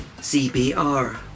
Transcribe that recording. CPR